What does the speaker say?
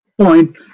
point